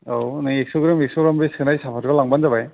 औ नै एकस' ग्राम एकस' ग्राम बे सोनाय साहाफाथखौ लांबानो जाबाय